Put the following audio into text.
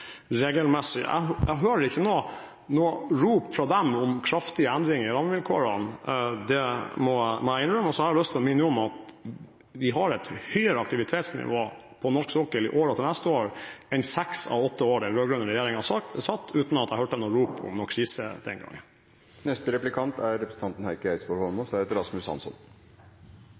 jeg snakker med både leverandørindustri og operatører regelmessig. Jeg hører ikke noe rop fra dem om kraftige endringer i rammevilkårene, det må jeg innrømme. Så har jeg lyst til å minne om at vi vil ha et høyere aktivitetsnivå på norsk sokkel i år og neste år enn i seks av de åtte årene som den rød-grønne regjeringen satt, uten at jeg hørte noe rop om noen krise den gangen.